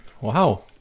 Wow